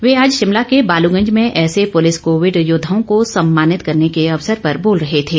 वे आज शिमला के बालुगंज में ऐसे पुलिस कोविड योद्वाओं को सम्मानित करने के अवसर पर बोल रहे थे